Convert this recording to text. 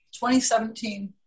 2017